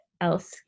else